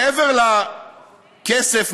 מעבר לכסף,